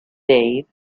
dave